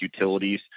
utilities